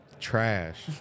Trash